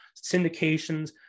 syndications